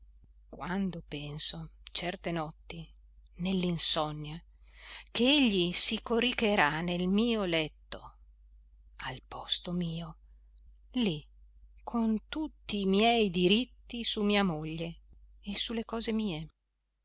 quando penso certe notti nell'insonnia che egli si coricherà nel mio letto al posto mio lì con tutti i miei diritti su mia moglie e su le cose mie